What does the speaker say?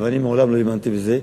אבל אני מעולם לא האמנתי בזה,